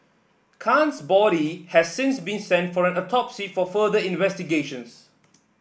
Khan's body has since been sent for an autopsy for further investigations